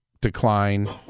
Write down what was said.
decline